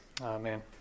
Amen